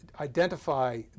identify